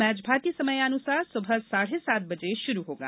match भारतीय समयानुसार सुबह साढ़े सात बजे शुरू होगा